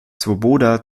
swoboda